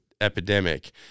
epidemic